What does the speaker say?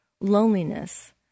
loneliness